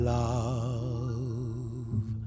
love